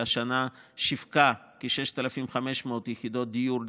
שהשנה שיווקה כ-6,500 יחידות דיור,